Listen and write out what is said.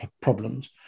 problems